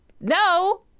No